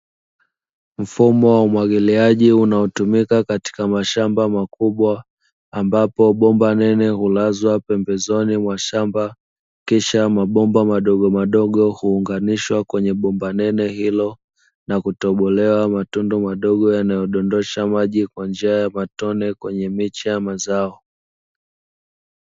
Mfumo wa umwagiliaji unaotumika katika mashamba makubwa ambapo bomba nene hulazwa pembezoni mwa shamba kisha mabomba madogo madogo huunganishwa kwenye bomba nene hilo na kutobolewa matundu madogo yanayodondosha maji kwa njia ya matone kwenye miche ya mazao.